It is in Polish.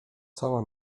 cała